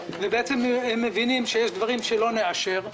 ובעצם הם מבינים שיש דברים שלא נאשר,